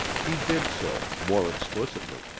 he did so, more explicitly.